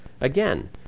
again